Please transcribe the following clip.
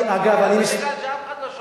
אף אחד לא שומע.